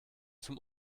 zum